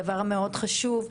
הדבר המאוד חשוב,